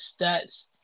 stats